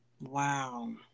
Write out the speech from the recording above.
wow